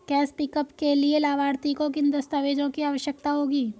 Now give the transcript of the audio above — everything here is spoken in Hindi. कैश पिकअप के लिए लाभार्थी को किन दस्तावेजों की आवश्यकता होगी?